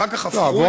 אחר כך הפכו, לא.